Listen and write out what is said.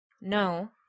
No